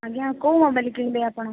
ଆଜ୍ଞା କେଉଁ ମୋବାଇଲ କିଣିବେ ଆପଣ